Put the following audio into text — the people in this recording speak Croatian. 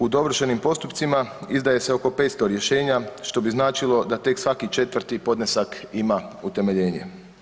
U dovršenim postupcima izdaje se oko 500 rješenja što bi značilo da tek svaki 4 podnesak ima utemeljenje.